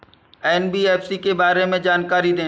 NBFC के बारे में जानकारी दें?